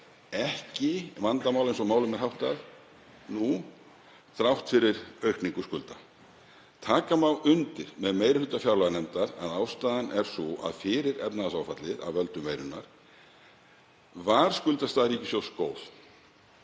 ekki vandamál eins og málum er háttað nú þrátt fyrir aukningu skulda. Taka má undir með meiri hluta fjárlaganefndar að ástæðan er sú að fyrir efnahagsáfallið af völdum veirunnar var skuldastaða ríkissjóðs